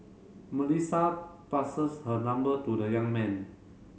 Melissa passes her number to the young man